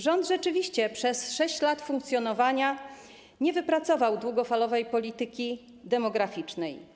Rząd rzeczywiście przez 6 lat funkcjonowania nie wypracował długofalowej polityki demograficznej.